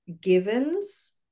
givens